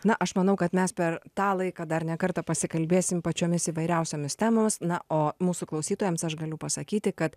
na aš manau kad mes per tą laiką dar ne kartą pasikalbėsim pačiomis įvairiausiomis temomis na o mūsų klausytojams aš galiu pasakyti kad